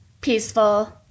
peaceful